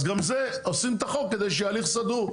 אז גם זה עושים את החוק כדי שיהיה הליך סדור.